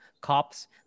cops